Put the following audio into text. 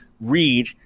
read